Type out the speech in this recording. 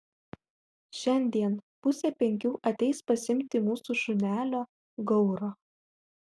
šiandien pusę penkių ateis pasiimti mūsų šunelio gauro